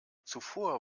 zuvor